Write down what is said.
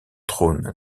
trône